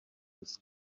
this